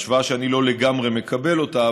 השוואה שאני לא לגמרי מקבל אותה,